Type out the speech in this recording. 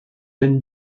jane